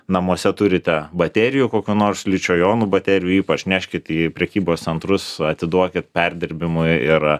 namuose turite baterijų kokių nors ličio jonų baterijų ypač neškit į prekybos centrus atiduokit perdirbimui ir